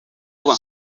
kuba